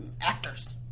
actors